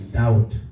doubt